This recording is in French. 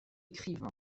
écrivain